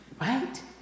right